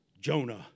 Jonah